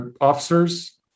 officers